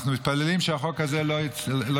אנחנו מתפללים שאת החוק הזה לא יצטרכו,